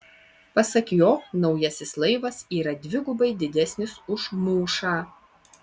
pasak jo naujasis laivas yra dvigubai didesnis už mūšą